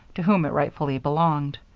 to whom it rightfully belonged.